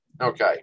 Okay